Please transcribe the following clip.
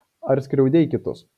ar skriaudei kitus